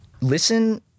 Listen